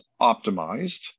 optimized